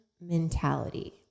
mentality